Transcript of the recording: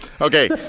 Okay